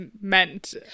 meant